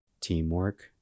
Teamwork